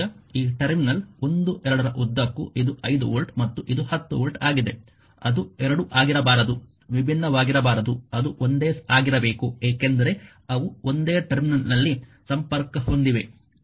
ಈಗ ಈ ಟರ್ಮಿನಲ್ 1 2 ರ ಉದ್ದಕ್ಕೂ ಇದು 5 ವೋಲ್ಟ್ ಮತ್ತು ಇದು 10 ವೋಲ್ಟ್ ಆಗಿದೆ ಅದು 2 ಆಗಿರಬಾರದು ವಿಭಿನ್ನವಾಗಿರಬಾರದು ಅದು ಒಂದೇ ಆಗಿರಬೇಕು ಏಕೆಂದರೆ ಅವು ಒಂದೇ ಟರ್ಮಿನಲ್ನಲ್ಲಿ ಸಂಪರ್ಕ ಹೊಂದಿವೆ